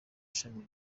ishami